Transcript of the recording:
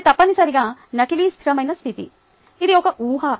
ఇది తప్పనిసరిగా నకిలీ స్థిరమైన స్థితి ఇది ఒక ఊహ